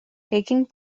taking